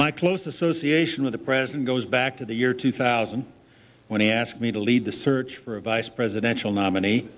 my close association with the president goes back to the year two thousand when he asked me to lead the search for a vice presidential nomin